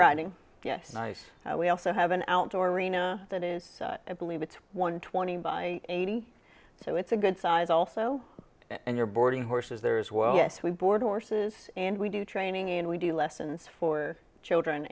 running yes nice we also have an outdoor arena that is a believe it's one twenty by eighty so it's a good size also and you're boarding horses there as well yes we board orses and we do training and we do lessons for children